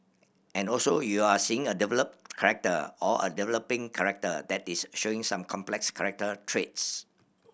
and also you're seeing a developed character or a developing character that is showing some complex character traits